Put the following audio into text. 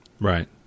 Right